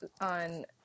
on